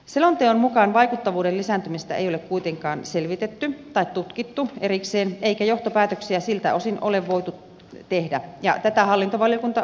selonteon mukaan vaikuttavuuden lisääntymistä ei ole kuitenkaan selvitetty tai tutkittu erikseen eikä johtopäätöksiä siltä osin ole voitu tehdä ja tätä hallintovaliokunta pitää puutteena